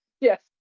Yes